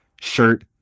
shirt